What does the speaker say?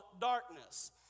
darkness